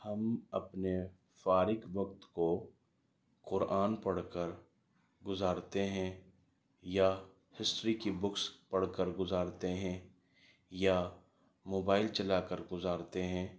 ہم اپنے فارغ وقت کو قرآن پڑھ کر گزارتے ہیں یا ہسٹری کی بکس پڑھ کر گزارتے ہیں یا موبائل چلا کر گزارتے ہیں